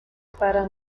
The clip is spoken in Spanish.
para